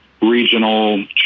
regional